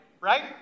right